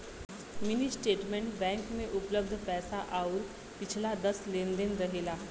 mini statement bank में उपलब्ध पैसा आउर पिछला दस लेन देन रहेला